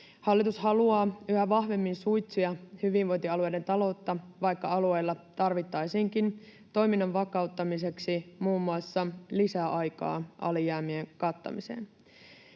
Hallitus haluaa yhä vahvemmin suitsia hyvinvointialueiden taloutta, vaikka alueilla tarvittaisiinkin toiminnan vakauttamiseksi muun muassa lisää aikaa alijäämien kattamiseen.